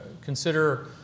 consider